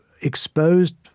exposed